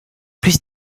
plus